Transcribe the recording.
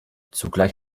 zugleich